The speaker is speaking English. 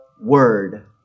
word